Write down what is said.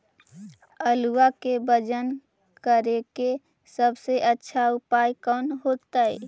आलुआ के वजन करेके सबसे अच्छा उपाय कौन होतई?